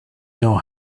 know